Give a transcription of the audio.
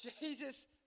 Jesus